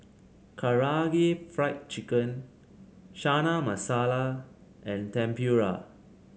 Karaage Fried Chicken Chana Masala and Tempura